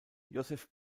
josef